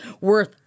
worth